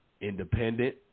independent